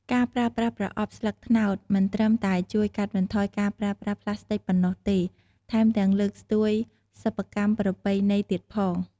ការប្រើប្រាស់ប្រអប់ស្លឹកត្នោត មិនត្រឹមតែជួយកាត់បន្ថយការប្រើប្រាស់ប្លាស្ទិកប៉ុណ្ណោះទេ ថែមទាំងលើកស្ទួយសិប្បកម្មប្រពៃណីទៀតផង។